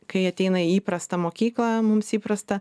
kai ateina į įprastą mokyklą mums įprastą